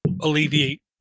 alleviate